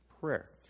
prayer